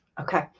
Okay